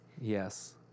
Yes